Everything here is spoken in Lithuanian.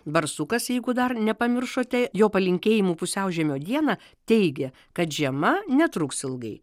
barsukas jeigu dar nepamiršote jo palinkėjimų pusiaužiemio dieną teigia kad žiema netruks ilgai